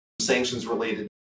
sanctions-related